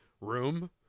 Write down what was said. room